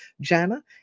Jana